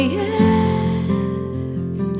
yes